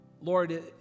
Lord